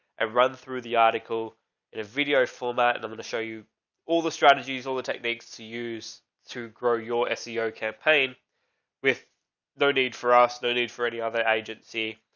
i run through the article in a video format and i'm going to show you all the strategies, all the techniques to use to grow your seo campaign with low need for us. no need for any other agency.